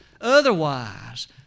Otherwise